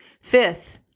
Fifth